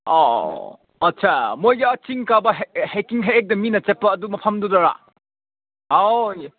ꯑꯧ ꯑꯧ ꯑꯧ ꯑꯠꯆꯥ ꯃꯣꯏꯒꯤ ꯑꯥ ꯆꯤꯡ ꯀꯥꯕ ꯍꯥꯏꯀꯤꯡ ꯍꯦꯛꯇ ꯃꯤꯅ ꯆꯠꯄ ꯑꯗꯨ ꯃꯐꯝꯗꯨꯗꯔ ꯑꯥꯎ